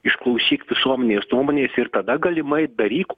išklausyk visuomenės nuomonės ir tada galimai daryk